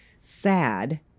sad